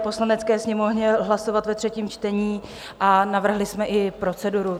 Poslanecké sněmovně hlasovat ve třetím čtení a navrhli jsme i proceduru.